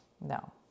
No